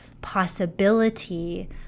possibility